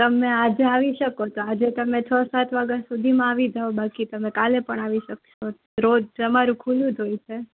તમને આજે આવી શકો તો આજે તમે છ સાત વાગ્યા સુધીમાં આવી જાવ બાકી તમે કાલે પણ આવી શકશો રોજ અમારું ખુલ્લું જ હોય છે